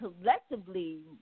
collectively